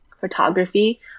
photography